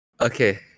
Okay